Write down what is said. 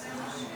ההוצאה לפועל (תיקון מס' 77),